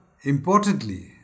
importantly